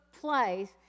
place